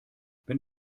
wenn